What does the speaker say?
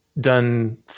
done